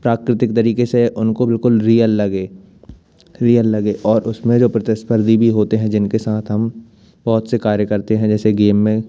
प्राकृतिक तरीके से उनको बिल्कुल रियल लगे रियल लगे और उसमें जो प्रतिस्पर्धी भी होते हैं जिनके साथ हम बहुत से कार्य करते हैं जैसे गेम में